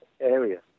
area